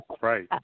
Right